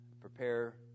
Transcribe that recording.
prepare